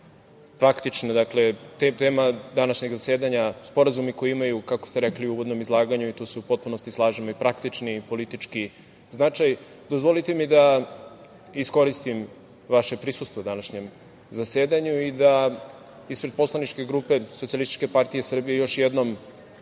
koji su danas tema današnjeg zasedanja, sporazumi koji imaju, kako ste rekli u uvodnom izlaganju i tu se u potpunosti slažem i praktični i politički značaj, dozvolite mi da iskoristim vaše prisustvo današnjem zasedanju i da ispred poslaničke grupe SPS još jednom